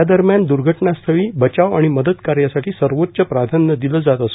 यादरम्यान द्र्घटना स्थळी बचाव आणि मदत कार्यासाठी सर्वोच्च प्राधान्य दिले जात आहे